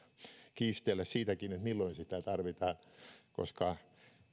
kiistellä siitäkin että milloin sitä tarvitaan koska